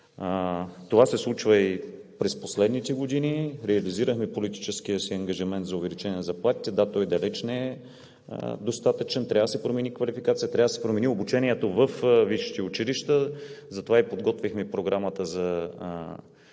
Това се случва и през последните години. Реализирахме политическия си ангажимент за увеличение на заплатите. Да, той далеч не е достатъчен, трябва да се промени квалификацията. Трябва да се промени обучението във висшите училища. Затова и подготвихме Програмата за